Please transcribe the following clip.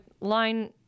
line